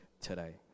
today